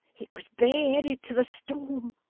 it was bare-headed to the storm.